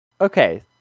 okay